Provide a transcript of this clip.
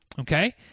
Okay